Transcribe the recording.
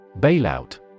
Bailout